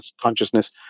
consciousness